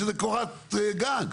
שזה קורת גג.